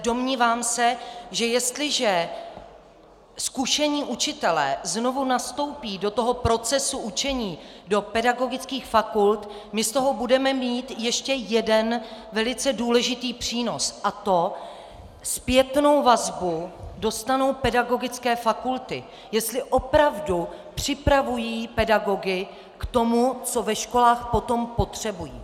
Domnívám se, že jestliže zkušení učitelé znovu nastoupí do toho procesu učení, do pedagogických fakult, my z toho budeme mít ještě jeden velice důležitý přínos, a to zpětnou vazbu dostanou pedagogické fakulty, jestli opravdu připravují pedagogy k tomu, co ve školách potom potřebují.